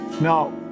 Now